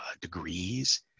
degrees